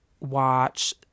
watch